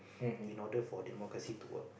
in order for democracy to work